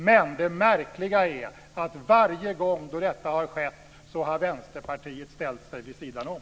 Men det märkliga är att Vänsterpartiet varje gång detta har skett har ställt sig vid sidan om.